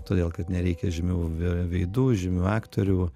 todėl kad nereikia žymių veidų žymių aktorių